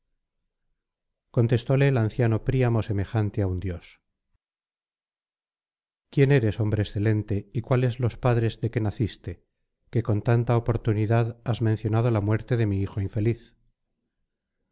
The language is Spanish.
contestóle el anciano príamo semejante á un dios quién eres hombre excelente y cuáles los padres de que naciste que con tanta oportunidad has mencionado la muerte de mi hijo